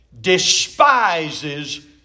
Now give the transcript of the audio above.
despises